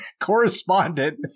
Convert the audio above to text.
Correspondent